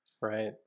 Right